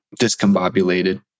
discombobulated